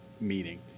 meeting